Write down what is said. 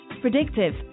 Predictive